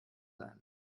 sein